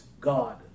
God